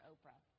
Oprah